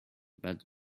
but